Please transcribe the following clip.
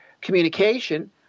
communication